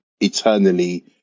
eternally